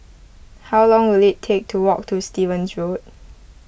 how long will it take to walk to Stevens Road